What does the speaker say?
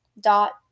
dot